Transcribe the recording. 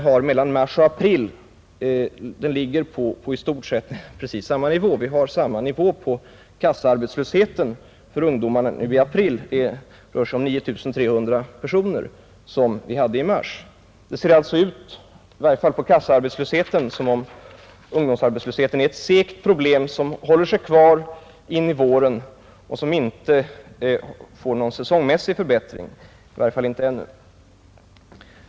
För mars och april ligger den på i stort sett samma nivå, 9 300 personer, vilket är drygt dubbelt så hög arbetslöshet som vid samma tid förra året. Det ser ut, i varje fall på kassaarbetslösheten, som om ungdomsarbetslösheten är ett segt problem där en vinterarbetslöshet håller sig kvar in i våren. Det tycks inte ske någon säsongmässig förbättring, i varje fall inte ännu.